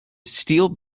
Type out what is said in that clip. steel